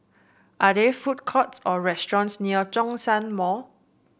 are there food courts or restaurants near Zhongshan Mall